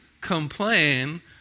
complain